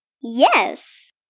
Yes